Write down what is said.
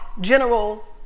general